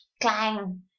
clang